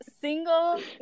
single